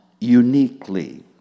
uniquely